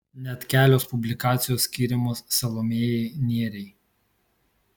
net kelios publikacijos skiriamos salomėjai nėriai